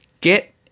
Get